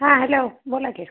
हां हॅलो बोला की